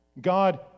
God